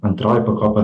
antroji pakopa